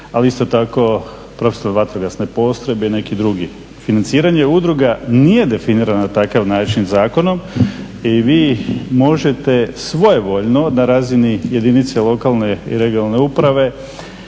ali isto tako profesionalne vatrogasne postrojbi i neki drugi. Financiranje udruga nije definiran na takav način zakonom i vi možete svojevoljno na razini jedinice lokalne i regionalne uprave